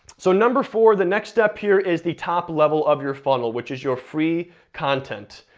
so number four, the next step here, is the top level of your funnel, which is your free content.